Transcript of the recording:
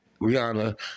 Rihanna